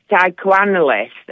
psychoanalyst